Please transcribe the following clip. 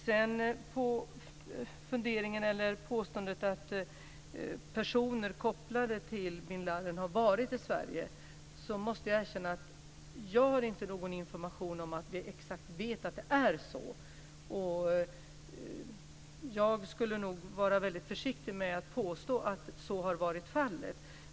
Beträffande påståendet att personer kopplade till bin Ladin har varit i Sverige måste jag erkänna att jag inte har någon information om att vi vet att det är exakt så. Jag skulle nog vara väldigt försiktig med att påstå att så har varit fallet.